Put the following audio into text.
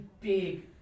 big